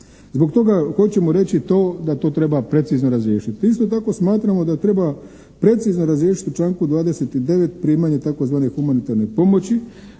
Zbog toga hoćemo reći to da to treba precizno razriješiti. Isto tako smatramo da treba precizno razriješiti u članku 29. primanje tzv humanitarne pomoći